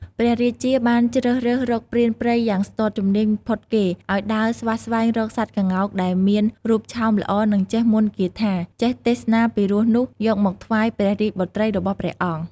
ព្រះរាជាបានជ្រើសរើសរកព្រានព្រៃយ៉ាងស្ទាត់ជំនាញផុតគេ ឱ្យដើរស្វះស្វែងរកសត្វក្ងោកដែលមានរូបឆោមល្អនិងចេះមន្ដគាថា ចេះទេសនាពីរោះនោះយកមកថ្វាយព្រះរាជបុត្រីរបស់ព្រះអង្គ។